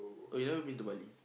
oh you haven't been to Bali